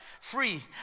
free